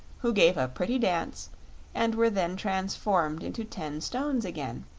who gave a pretty dance and were then transformed into ten stones again,